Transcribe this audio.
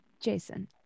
jason